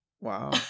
Wow